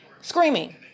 Screaming